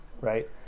right